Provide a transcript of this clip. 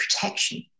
Protection